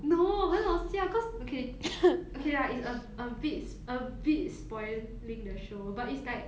no 很好笑 cause okay okay lah it's a a bit a bit spoiling the show but it's like